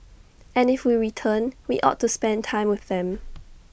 and if we return we ought to spend time with them